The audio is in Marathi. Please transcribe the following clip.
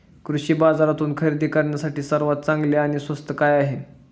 कृषी बाजारातून खरेदी करण्यासाठी सर्वात चांगले आणि स्वस्त काय आहे?